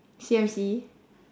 C_M_C